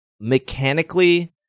mechanically